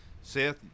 Seth